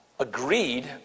agreed